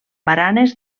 baranes